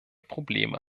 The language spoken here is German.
probleme